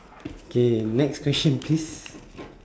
K next question please